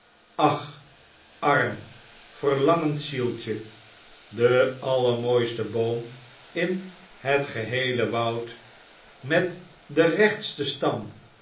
ach arm verlangend zieltje de allermooiste boom in het geheele woud met den rechtsten stam